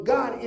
God